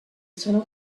sono